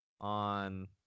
on